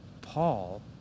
Paul